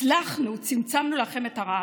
הצלחנו, צמצמנו לכם את הרעב.